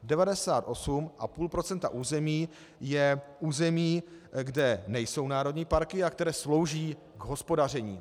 98,5 procenta území je území, kde nejsou národní parky a které slouží k hospodaření.